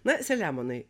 na selemonai